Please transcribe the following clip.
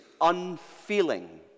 unfeeling